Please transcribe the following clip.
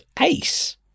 ace